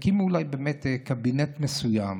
תקימו אולי באמת קבינט מסוים